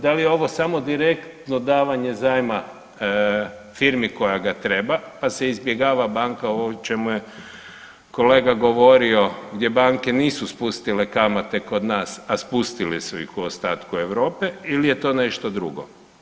Da li je ovo samo direktno davanje zajma firmi koja ga treba, pa se izbjegava banka ovo o čemu je kolega govorio gdje banke nisu spustile kamate kod nas, a spustili su ih u ostatku Europe ili je to nešto drugo?